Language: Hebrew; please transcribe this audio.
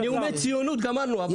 נאומי ציונות גמרנו, עברנו.